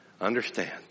Understand